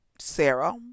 sarah